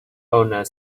owner